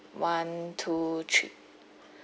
one two three